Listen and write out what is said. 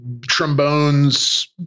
trombones